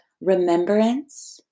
remembrance